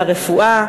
לרפואה,